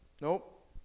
Nope